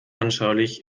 anschaulich